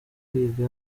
kwiga